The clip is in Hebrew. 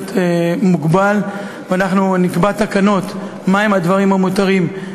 מוגבל ואנחנו נקבע בתקנות מה הם הדברים המותרים,